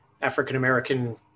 African-American